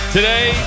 Today